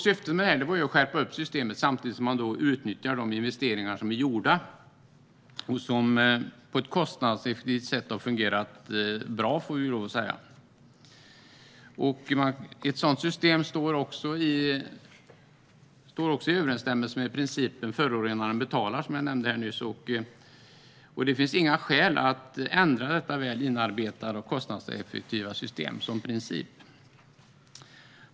Syftet var att skärpa upp systemet och samtidigt utnyttja redan gjorda investeringar som har fungerat kostnadseffektivt och bra. Ett sådant system står också i överensstämmelse med principen att förorenaren betalar, och det finns inga skäl att ändra detta väl inarbetade och kostnadseffektiva system.